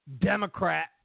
Democrat